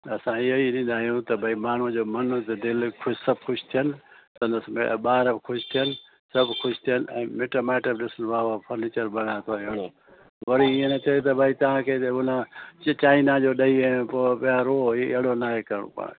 असां इहा ई ॾींदा आहियूं त भई माण्हूअ जो मन दिलि खुश सब खुश थियन संदस ॿार बि खुश थियन सब खुश थियन ऐं मिट माइट बि ॾिसी वाह वाह फर्नीचर बराबरि अहिड़ो वरी ईअं न थिए त भई तव्हांखे उन चे चाइना जो ॾई ऐं पोइ पिया रो अहिड़ो न आहे करिणो पाण खे